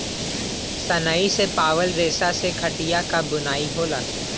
सनई से पावल रेसा से खटिया क बुनाई होला